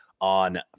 on